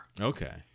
Okay